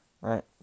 Right